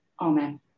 Amen